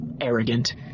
Arrogant